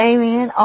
Amen